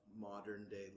modern-day